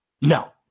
No